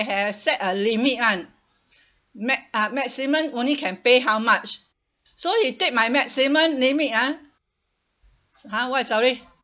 have set a limit [one] ma~ uh maximum only can pay how much so he take my maximum limit ah ha what sorry